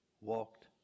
walked